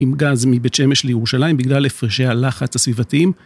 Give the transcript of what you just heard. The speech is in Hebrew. עם גז מבית שמש לירושלים בגלל הפרשי הלחץ הסביבתיים.